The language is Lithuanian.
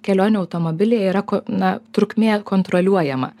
kelionių automobilyje yra ko na trukmė kontroliuojama